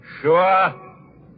sure